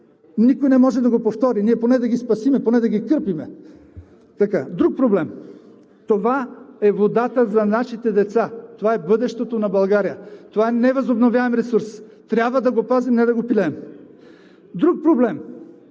Никой не може да го повтори. Ние поне да ги спасим, поне да ги кърпим. Това е водата за нашите деца, това е бъдещето на България, това е невъзобновяем ресурс, трябва да го пазим, а не да го пилеем! Друг проблем